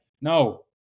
no